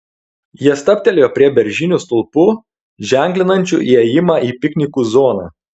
jie stabtelėjo prie beržinių stulpų ženklinančių įėjimą į piknikų zoną